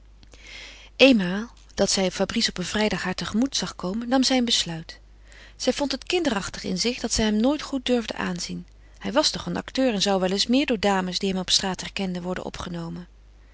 eenmaal dat zij fabrice op een vrijdag haar tegemoet zag komen nam zij een besluit zij vond het kinderachtig in zich dat zij hem nooit goed durfde aanzien hij was toch een acteur en zou wel eens meer door dames die hem op straat herkenden worden opgenomen